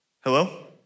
Hello